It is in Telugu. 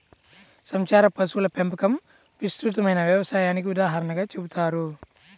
సంచార పశువుల పెంపకం విస్తృతమైన వ్యవసాయానికి ఉదాహరణగా చెబుతారు